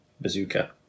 Bazooka